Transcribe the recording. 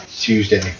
Tuesday